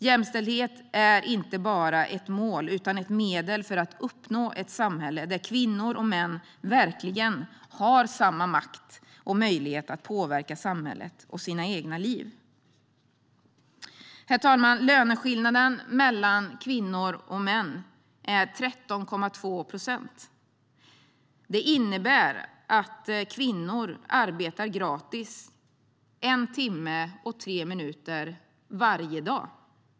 Jämställdhet är inte bara ett mål utan också ett medel för att uppnå ett samhälle där kvinnor och män verkligen har samma makt och möjlighet att påverka samhället och sina egna liv. Herr talman! Löneskillnaden mellan kvinnor och män är 13,2 procent. Det innebär att kvinnor arbetar gratis en timme och tre minuter varje dag.